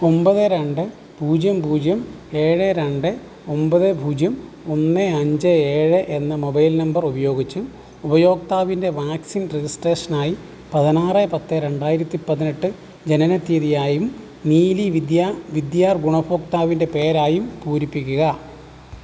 ഒമ്പത് രണ്ട് പൂജ്യം പൂജ്യം ഏഴ് രണ്ട് ഒമ്പത് പൂജ്യം ഒന്ന് അഞ്ച് ഏഴ് എന്ന മൊബൈൽ നമ്പർ ഉപയോഗിച്ച് ഉപയോക്താവിൻ്റെ വാക്സിൻ രജിസ്ട്രേഷനായി പതിനാറ് പത്ത് രണ്ടായിരത്തി പതിനെട്ട് ജനന തീയതിയായും നീലി വിദ്യാ വിദ്യാർ ഗുണഭോക്താവിൻ്റെ പേരായും പൂരിപ്പിക്കുക